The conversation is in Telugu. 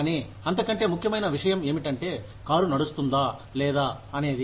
కానీ అంతకంటే ముఖ్యమైన విషయం ఏమిటంటే కారు నడుస్తుందా లేదా అనేది